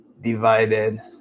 divided